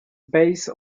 base